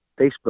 Facebook